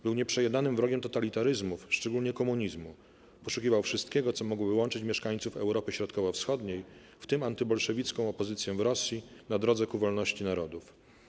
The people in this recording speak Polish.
Był nieprzejednanym wrogiem totalitaryzmów, szczególnie komunizmu, poszukiwał wszystkiego, co mogłoby łączyć mieszkańców Europy Środkowo-Wschodniej, w tym antybolszewicką opozycję w Rosji, na drodze ku wolności narodów.